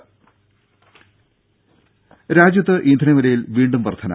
ദേദ രാജ്യത്ത് ഇന്ധനവിലയിൽ വീണ്ടും വർധന